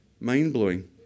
Mind-blowing